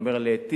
אתה אומר להיטיב,